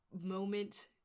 moment